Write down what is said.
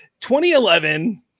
2011